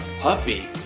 puppy